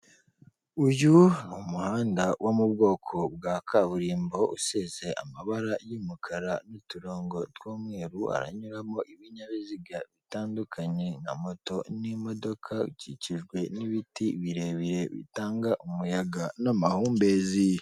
Uyu ni umuhanda wo mu bwoko bwa kaburimbo usize amabara y'umukara n'uturongo tw'umweru, haranyuramo ibinyabiziga bitandukanye nka moto n'imodoka, ukikijwe n'ibiti birebire bitanga umuyaga n'amahumbezi.